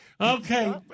Okay